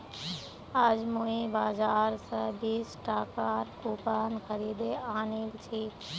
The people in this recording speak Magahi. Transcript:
आज मुई बाजार स बीस टकार कूपन खरीदे आनिल छि